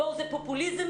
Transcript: זה פופוליזם,